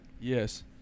Yes